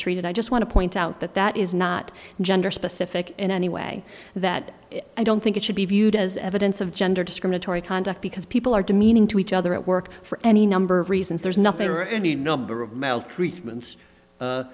treated i just want to point out that that is not gender specific in any way that i don't think it should be viewed as evidence of gender discriminatory conduct because people are demeaning to each other at work for any number of reasons there's nothing or any number of